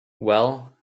well